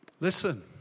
Listen